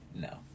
No